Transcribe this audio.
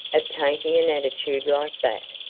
of taking an attitude like that?